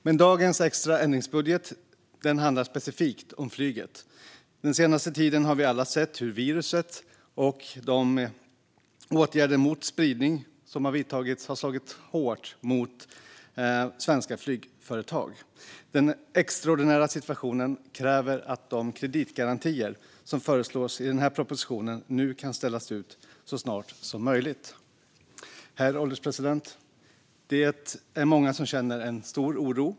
Men dagens extra ändringsbudget handlar specifikt om flyget. Den senaste tiden har vi alla sett hur viruset och de åtgärder mot spridning som har vidtagits har slagit hårt mot svenska flygföretag. Den extraordinära situationen kräver att de kreditgarantier som föreslås i denna proposition kan ställas ut så snart som möjligt. Herr ålderspresident! Det är många som känner en stor oro.